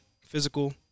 physical